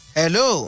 hello